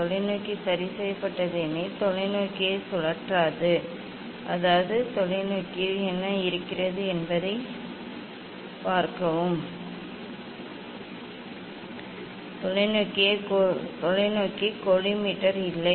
தொலைநோக்கி சரி செய்யப்பட்டது தொலைநோக்கி தொலைநோக்கியை சுழற்றாது அதாவது தொலைநோக்கியில் என்ன இருக்கிறது மன்னிக்கவும் தொலைநோக்கி கோலிமேட்டர் இல்லை